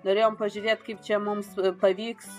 norėjom pažiūrėt kaip čia mums pavyks